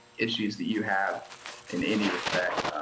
issues that you have in any respect,